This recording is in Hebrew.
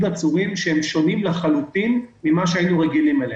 עצורים שהם שונים לחלוטין ממה שהיינו רגילים.